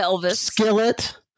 skillet